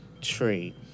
tree